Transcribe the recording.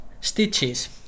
stitches